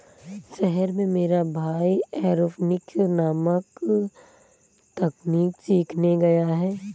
शहर में मेरा भाई एरोपोनिक्स नामक तकनीक सीखने गया है